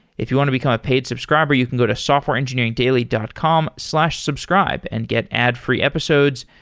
if you want to become a paid subscriber, you can go to softwareengineeringdaily dot com slash subscribe and get ad-free episodes,